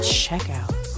checkout